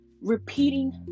repeating